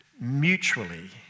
mutually